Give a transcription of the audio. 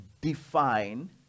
define